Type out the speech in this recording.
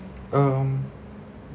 um